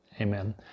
Amen